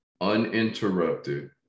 uninterrupted